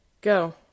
Go